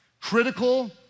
critical